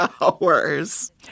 hours